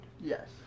Yes